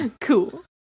Cool